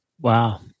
Wow